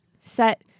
set